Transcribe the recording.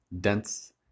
dense